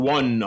One